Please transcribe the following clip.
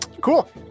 Cool